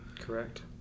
Correct